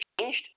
changed